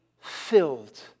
filled